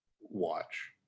watch